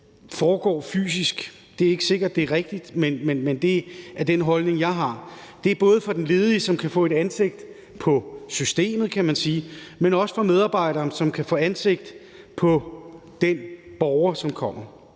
bør foregå fysisk. Det er ikke sikkert, at det er rigtigt, men det er den holdning, jeg har, og det er både, for at den ledige kan få et ansigt på systemet, kan man sige, men også for at medarbejderen kan få et ansigt på den borger, som kommer.